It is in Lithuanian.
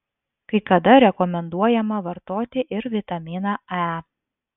kai kada rekomenduojama vartoti ir vitaminą e